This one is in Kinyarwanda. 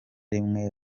rimwe